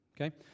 Okay